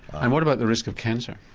and what about the risk of cancer?